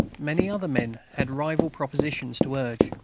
many other men had rival propositions to urge,